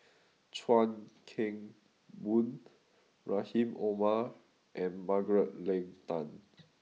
Chuan Keng Boon Rahim Omar and Margaret Leng Tan